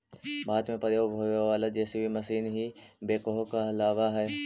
भारत में प्रयोग होवे वाला जे.सी.बी मशीन ही बेक्हो कहलावऽ हई